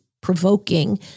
provoking